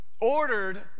ordered